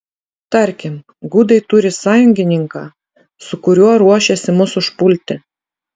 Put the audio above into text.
tarkim gudai turi sąjungininką su kuriuo ruošiasi mus užpulti